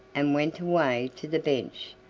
and went away to the bench,